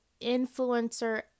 influencer